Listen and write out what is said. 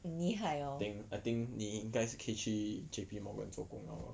很厉害 hor